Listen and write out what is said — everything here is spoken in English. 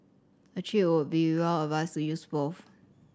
a cheat would be well advised to use both